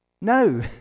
No